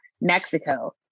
Mexico